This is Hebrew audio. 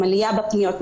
עלייה בפניות.